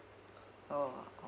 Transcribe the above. oh